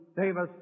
Davis